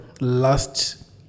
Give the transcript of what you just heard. last